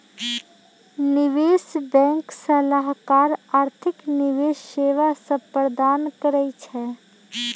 निवेश बैंक सलाहकार आर्थिक निवेश सेवा सभ प्रदान करइ छै